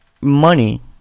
money